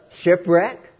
shipwreck